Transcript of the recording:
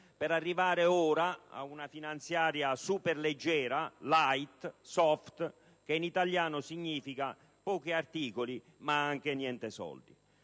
per arrivare ora a una finanziaria superleggera, *light*, *soft*, che in italiano significa pochi articoli, ma anche niente soldi.